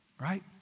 Right